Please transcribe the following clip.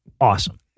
Awesome